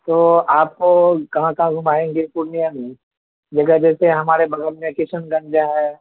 تو آپ کو کہاں کہاں گھمائیں گے پورنیہ میں جگہ جیسے ہمارے بغل میں کشن گنج ہے